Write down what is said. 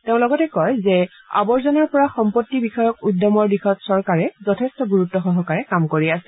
তেওঁ লগতে কয় যে আৱৰ্জনাৰ পৰা সম্পত্তি বিষয়ক উদ্যমৰ দিশত চৰকাৰে যথেষ্ট গুৰুত্ সহকাৰে কাম কৰি আছে